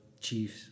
Chiefs